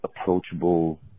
Approachable